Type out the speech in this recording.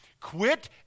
Quit